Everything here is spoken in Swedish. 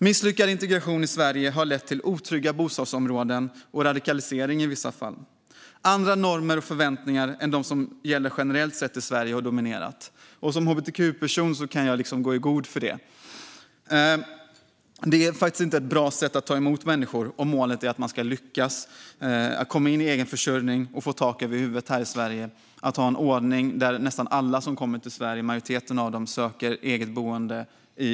Misslyckad integration i Sverige har lett till otrygga bostadsområden och i vissa fall radikalisering. Andra normer och förväntningar än dem som gäller generellt i Sverige har dominerat. Som hbtq-person kan jag gå i god för det. Att ha en ordning där majoriteten av dem som kommer till Sverige söker eget boende i utsatta områden är inget bra sätt att ta emot människor om målet är att de ska lyckas komma in i egenförsörjning och få tak över huvudet.